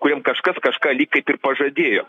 kuriem kažkas kažką lyg kaip ir pažadėjo